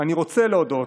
אני רוצה להודות